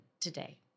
today